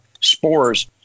spores